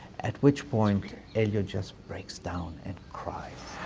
at which point elio just breaks down and cries.